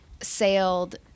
sailed